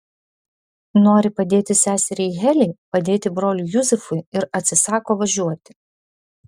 nori padėti seseriai heliai padėti broliui juzefui ir atsisako važiuoti